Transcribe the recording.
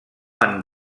han